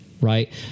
right